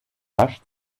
rasch